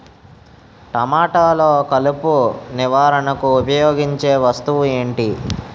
టమాటాలో కలుపు నివారణకు ఉపయోగించే వస్తువు ఏంటి?